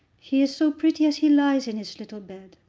he is so pretty as he lays in his little bed.